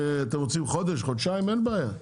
אתם רוצים חודש חודשיים אין בעיה.